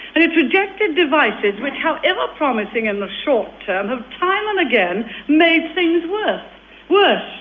and it's rejected devices which, however promising in the short term, have time and again made things worse.